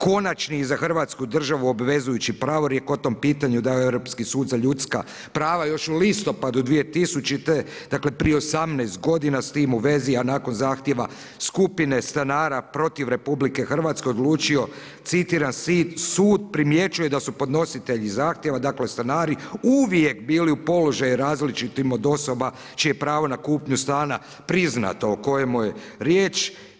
Konačni za Hrvatsku državu obvezujući pravorijek o tom pitanju dao je Europski sud za ljudska prava još u listopadu 2000. dakle prije 18 godina s tim u vezi, a nakon zahtjeva skupine stanara protiv RH odlučio citiram „sud primjećuje da su podnositelji zahtjeva, dakle stanari uvijek bili u položaju različitim od osoba čije pravo na kupnju stana priznato o kojemu je riječ“